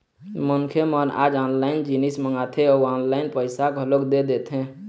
मनखे मन आज ऑनलाइन जिनिस मंगाथे अउ ऑनलाइन पइसा घलोक दे देथे